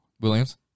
Williams